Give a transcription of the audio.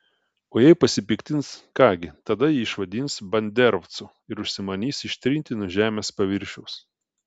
o jei pasipiktins ką gi tada jį išvadins banderovcu ir užsimanys ištrinti nuo žemės paviršiaus